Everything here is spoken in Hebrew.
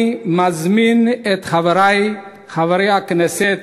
אני מזמין את חברי חברי הכנסת